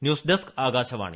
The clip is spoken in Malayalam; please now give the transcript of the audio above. news desk Akashvani